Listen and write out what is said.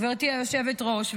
גברתי היושבת-ראש,